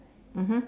mmhmm